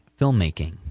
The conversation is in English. filmmaking